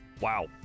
Wow